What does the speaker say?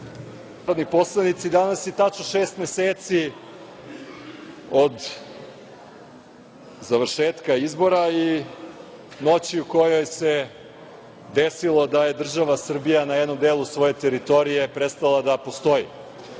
narodni poslanici, danas je tačno šest meseci od završetka izbora i noći u kojoj se desilo da je država Srbije na jednom delu svoje teritorije prestala da postoji.